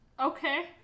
Okay